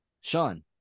Sean